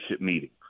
meeting